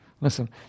Listen